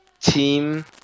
team